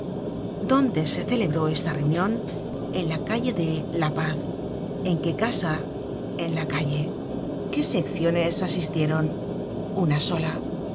dónde se celebró esta reunion en la calle de la paz en qué casa en la calle qué secciones asistieron una sola